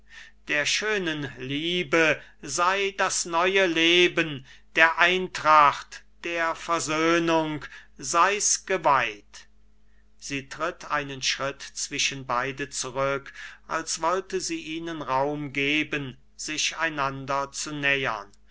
der schönen liebe sei das neue leben der eintracht der versöhnung sei's geweiht sie tritt einen schritt zwischen beiden zurück als wollte sie ihnen raum geben sich einander zu nähern